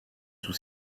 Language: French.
sous